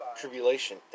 tribulation